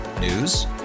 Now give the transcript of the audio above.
News